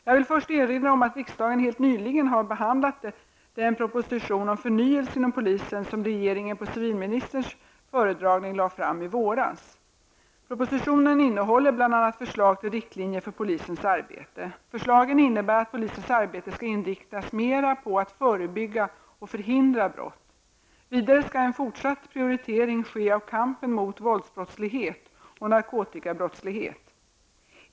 Jag vill först erinra om att riksdagen helt nyligen har behandlat den proposition om förnyelse inom polisen som regeringen på civilministerns föredragning lade fram i våras. Propositionen innehåller bl.a. förslag till riktlinjer för polisens arbete. Förslagen innebär att polisens arbete skall inriktas mera på att förebygga och förhindra brott. Vidare skall en fortsatt prioritering ske av kampen mot våldsbrottslighet och narkotikabrottslighet.